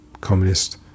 communist